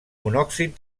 monòxid